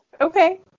Okay